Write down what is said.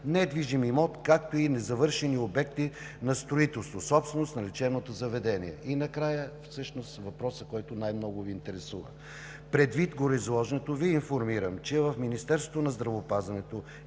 недвижим имот, както и незавършени обекти на строителство – собственост на лечебното заведение. И накрая, по въпроса, който най-много Ви интересува. Предвид гореизложеното Ви информирам, че в Министерството на здравеопазването